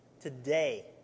Today